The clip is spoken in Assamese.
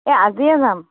এই আজিয়ে যাম